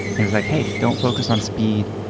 he was like, hey, don't focus on speed.